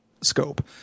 scope